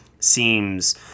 seems